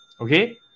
Okay